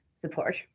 support